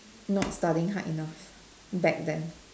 not studying hard enough back then